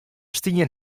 stien